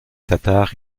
tatars